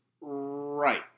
right